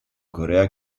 corea